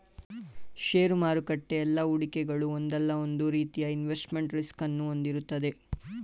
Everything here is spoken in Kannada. ಷೇರು ಮಾರುಕಟ್ಟೆ ಎಲ್ಲಾ ಹೂಡಿಕೆಗಳು ಒಂದಲ್ಲ ಒಂದು ರೀತಿಯ ಇನ್ವೆಸ್ಟ್ಮೆಂಟ್ ರಿಸ್ಕ್ ಅನ್ನು ಹೊಂದಿರುತ್ತದೆ